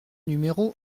numéro